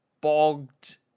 bogged